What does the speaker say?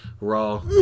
Raw